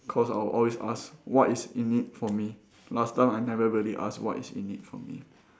cause I'll always ask what is in it for me last time I never really ask what is in it for me